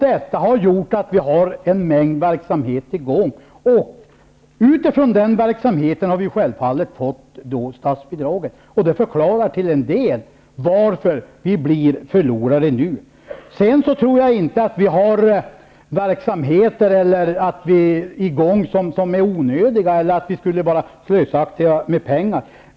Detta har gjort att vi har en mängd verksamheter i gång, och utifrån de verksamheterna har vi självfallet fått statsbidragen. Det förklarar till en del att vi nu blir förlorare. Jag tror inte att vi har verksamheter som är onödiga eller att vi är slösaktiga med pengar.